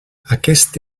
aquest